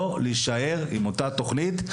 לא להישאר עם אותה תוכנית.